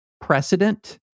precedent